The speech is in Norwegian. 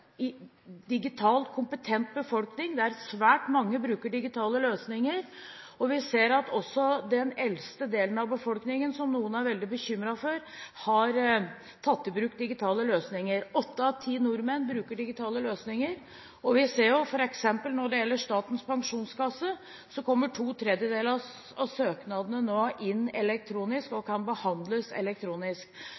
kompetent befolkning der svært mange bruker digitale løsninger. Vi ser at også den eldste delen av befolkningen – som noen er veldig bekymret for – har tatt i bruk digitale løsninger. Åtte av ti nordmenn bruker digitale løsninger, og vi ser jo f.eks. at når det gjelder Statens pensjonskasse, kommer to tredjedeler av søknadene nå inn elektronisk og